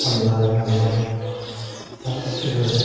फान्नाय मानाय गासिबो